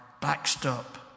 backstop